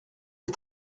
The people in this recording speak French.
des